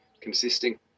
consisting